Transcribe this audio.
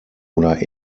oder